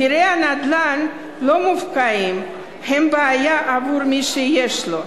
מחירי הנדל"ן לא מופקעים, הם בעיה עבור מי שיש לו,